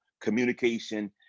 communication